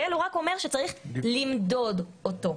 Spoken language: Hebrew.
הוא רק אומר שצריך למדוד אותו.